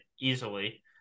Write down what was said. easily